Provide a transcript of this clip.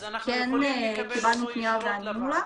אז כן קיבלנו פנייה וענינו לה.